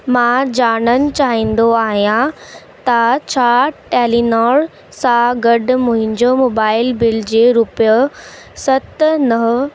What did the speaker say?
मां ॼाणणु चाहींदो आहियां त छा टेलीनॉर सां गॾु मुंहिंजो मोबाइल बिल जी रुपयो सत नव